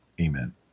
Amen